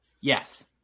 Yes